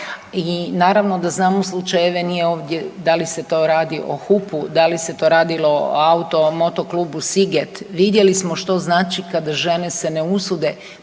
I naravno da znamo slučajeve, nije ovdje da li se to radi o HUP-u, da li se to radilo o Auto moto klubu Siget, vidjeli smo što znači kada žene se ne usude